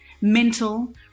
mental